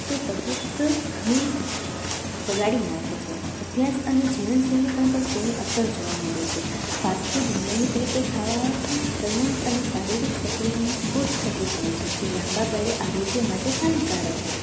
તો તબિયત સ ઘણી બગાડી નાખે છે અભ્યાસ અને જીવનશૈલી પર પણ તેની અસર જોવા મળે છે ફાસ્ટફૂડ નિયમિત રીતે ખાવાથી સલીમ અને શારીરિક સક્રિયાની ખૂબ થતી જાય છે જે લાંબા ગાળે આરોગ્ય માટે હાનિકારક છે